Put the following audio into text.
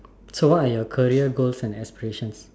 so what are your career goals and aspirations